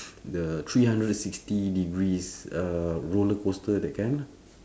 the three hundred sixty degrees uh roller coaster that kind